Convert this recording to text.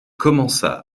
commença